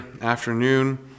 afternoon